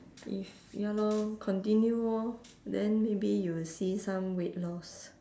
if ya lor continue orh then maybe you will see some weight loss